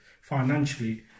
financially